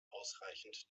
ausreichend